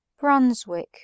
Brunswick